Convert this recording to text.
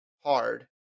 hard